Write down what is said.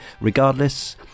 ...regardless